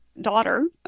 daughter